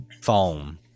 phone